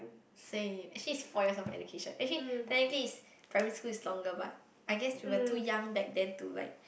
say actually it's four of education and he technically his primary school is longer but I guess we're too young back then to like